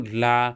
la